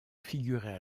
figurait